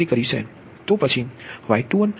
36 angle 116